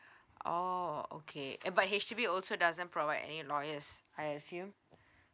oh okay uh but H_D_B also doesn't provide any lawyers I assume